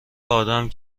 آدم